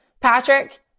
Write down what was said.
patrick